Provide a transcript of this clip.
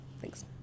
Thanks